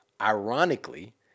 ironically